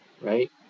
right